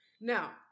Now